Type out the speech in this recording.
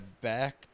back